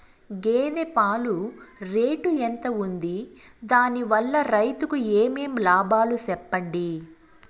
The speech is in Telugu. గేదె పాలు రేటు ఎంత వుంది? దాని వల్ల రైతుకు ఏమేం లాభాలు సెప్పండి?